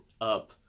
up